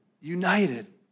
united